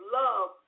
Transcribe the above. love